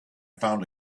found